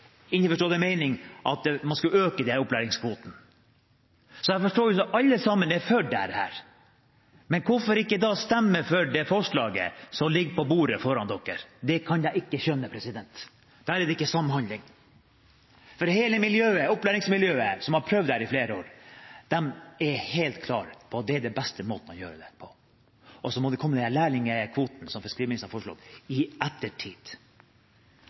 at man skulle øke denne opplæringskvoten. Så jeg forstår det slik at alle sammen er for dette. Men hvorfor ikke da stemme for det forslaget som ligger på bordet foran dere? Det kan jeg ikke skjønne, for der er det ikke samhandling. For hele opplæringsmiljøet, som har prøvd dette i flere år, er helt klare på at dette er den beste måten å gjøre det på, og så må vi komme med den lærlingkvoten som fiskeriministeren har foreslått, i ettertid.